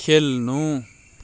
खेल्नु